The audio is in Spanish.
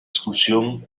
excursión